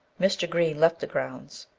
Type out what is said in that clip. mr. green left the grounds,